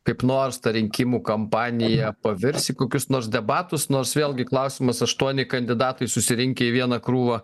kaip nors ta rinkimų kampanija pavirs į kokius nors debatus nors vėlgi klausimas aštuoni kandidatai susirinkę į vieną krūvą